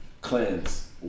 cleanse